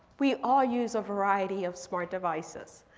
we all use a variety of smart devices.